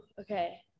okay